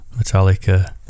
Metallica